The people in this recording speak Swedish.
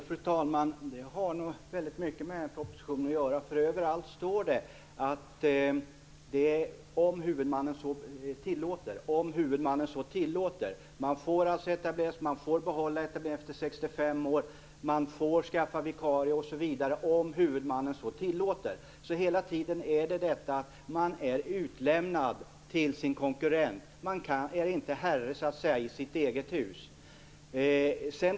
Fru talman! Det har nog väldigt mycket med propositionen att göra. Där står överallt: "om huvudmannen så tillåter". Man får alltså etablera sig, man får behålla etableringen efter 65 års ålder, man får skaffa vikarie, osv. "om huvudmannen så tillåter". Hela tiden är man utlämnad till sin konkurrent. Man är inte herre i sitt eget hus.